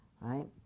right